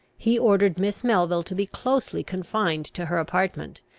he ordered miss melville to be closely confined to her apartment,